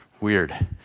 weird